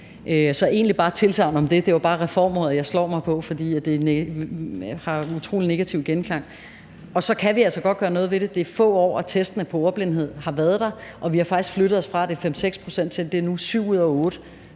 er egentlig bare et tilsagn om det. Det var bare »reformer«, jeg slår mig på, fordi det har en utrolig negativ genklang. Så vi kan altså godt gøre noget ved det; det er få år, testene på ordblindhed har været der, og vi har faktisk flyttet os fra, at det er 5-6 pct., til at det nu er 7 ud af 8,